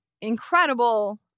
incredible